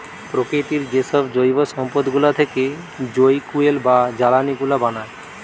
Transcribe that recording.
প্রকৃতির যেসব জৈব সম্পদ গুলা থেকে যই ফুয়েল বা জ্বালানি গুলা বানায়